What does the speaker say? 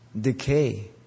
decay